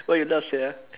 why you laugh sia